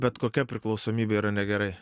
bet kokia priklausomybė yra negerai